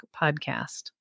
podcast